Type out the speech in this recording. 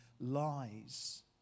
lies